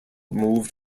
moved